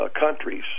countries